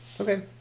Okay